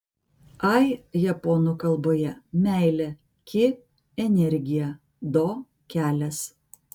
ai japonų kalboje meilė ki energija do kelias